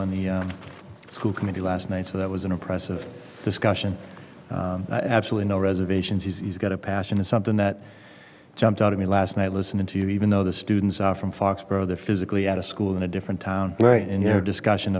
on the school committee last night so that was an impressive discussion absolutely no reservations he's got a passion is something that jumped out at me last night listening to you even though the students are from foxborough they're physically out of school in a different town right in their discussion